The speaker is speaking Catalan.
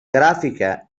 gràfica